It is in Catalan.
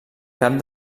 cap